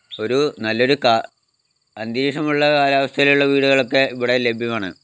ഒരു നല്ലൊരു അന്തരീക്ഷമുള്ള കാലാവസ്ഥയിലുള്ള വീടുകളൊക്കെ ഇവിടെ ലഭ്യമാണ്